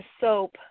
soap